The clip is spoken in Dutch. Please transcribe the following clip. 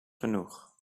genoeg